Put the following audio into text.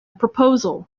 proposal